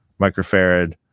microfarad